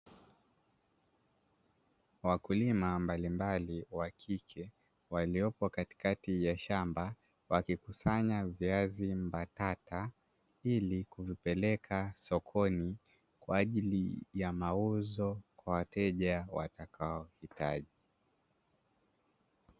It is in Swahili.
Wakulima mbalimbali wa kike waliopo katikati ya shamba, wakikusanya viazi mbatata ili kupeleka sokoni kwa ajili ya mauzo kwa wateja watakaohitaji.